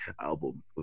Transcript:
album